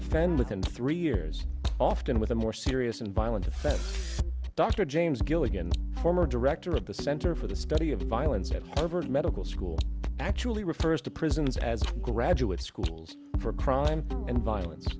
offend within three years often with a more serious and violent offense dr james gilligan former director of the center for the study of violence at harvard medical school actually refers to prisons as graduate schools for crime and violence